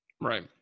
right